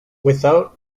without